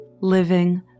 living